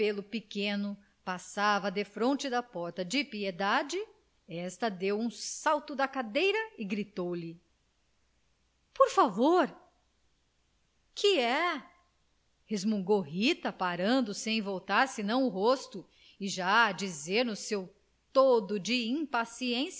pequeno passava defronte da porta de piedade esta deu um salto da cadeira e gritou-lhe faz favor que é resmungou rita parando sem voltar senão o rosto e já a dizer no seu todo de impaciência